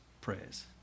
prayers